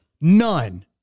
None